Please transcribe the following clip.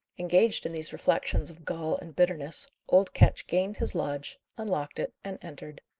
engaged in these reflections of gall and bitterness, old ketch gained his lodge, unlocked it, and entered.